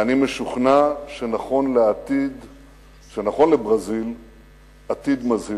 ואני משוכנע שנכון לברזיל עתיד מזהיר,